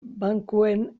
bankuen